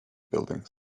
buildings